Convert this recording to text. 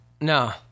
no